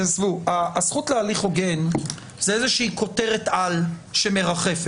הזכות להליך הוגן זאת איזושהי כותרת-על שמרחפת.